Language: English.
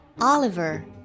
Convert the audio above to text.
Oliver